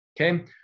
okay